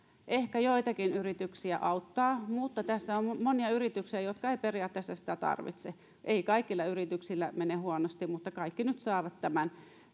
ehkä joitakin yrityksiä auttaa mutta on monia yrityksiä jotka eivät periaatteessa sitä tarvitse ei kaikilla yrityksillä mene huonosti mutta kaikki nyt saavat tämän